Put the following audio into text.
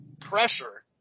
pressure